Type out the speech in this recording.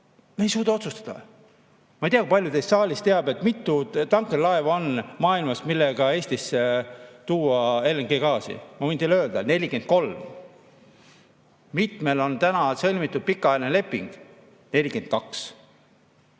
me ei suuda otsustada. Ma ei tea, kui palju teist saalis teab, mitu tankerlaeva on maailmas, millega Eestisse tuua LNG‑gaasi. Ma võin teile öelda: 43. Mitmel on täna sõlmitud pikaajaline leping? 42.